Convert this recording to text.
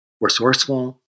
resourceful